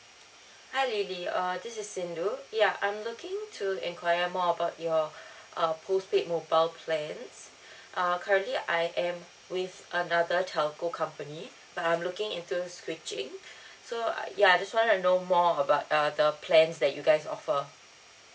hi lily err this is sindu ya I'm looking to enquire more about your uh postpaid mobile plans err currently I am with another telco company but I'm looking into switching so uh ya just wanted to know more about uh the plans that you guys offer